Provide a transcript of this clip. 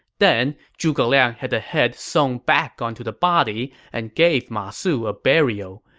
then, zhuge liang had the head sewn back onto the body and gave ma su a burial.